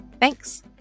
Thanks